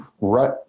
right